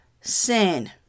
sin